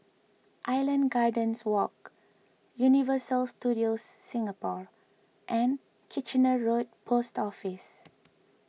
Island Gardens Walk Universal Studios Singapore and Kitchener Road Post Office